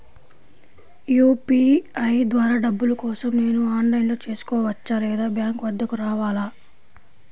UPI ద్వారా డబ్బులు కోసం నేను ఆన్లైన్లో చేసుకోవచ్చా? లేదా బ్యాంక్ వద్దకు రావాలా?